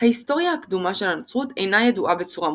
ההיסטוריה הקדומה של הנצרות אינה ידועה בצורה מושלמת.